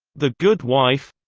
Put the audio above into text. the good wife